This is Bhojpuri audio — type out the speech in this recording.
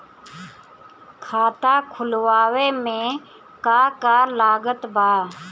खाता खुलावे मे का का लागत बा?